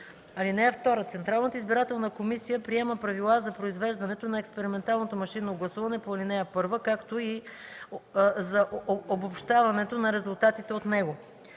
избор. (2) Централната избирателна комисия приема правила за произвеждането на експерименталното машинно гласуване по ал. 1, както и за обобщаването на резултатите от него.